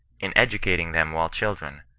in educating them while children,